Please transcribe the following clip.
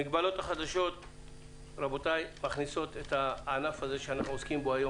המגבלות החדשות מכניסות את הענף שאנו עוסקים בו היום,